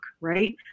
right